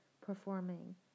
performing